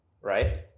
right